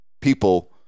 people